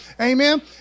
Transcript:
Amen